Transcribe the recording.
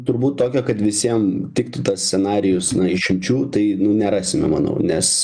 turbūt tokio kad visiem tiktų tas scenarijus na išimčių tai nu nerasime manau nes